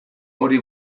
hori